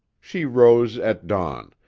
she rose at dawn,